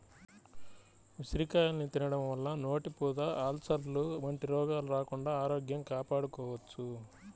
ఉసిరికాయల్ని తినడం వల్ల నోటిపూత, అల్సర్లు వంటి రోగాలు రాకుండా ఆరోగ్యం కాపాడుకోవచ్చు